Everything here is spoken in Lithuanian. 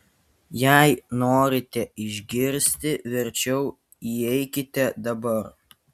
jei norite išgirsti verčiau įeikite dabar